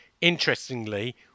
interestingly